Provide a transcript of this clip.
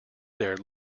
there